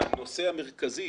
הנושא המרכזי